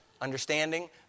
understanding